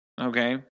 Okay